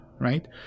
right